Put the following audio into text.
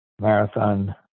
marathon